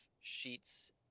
Sheet's